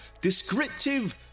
descriptive